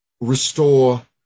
restore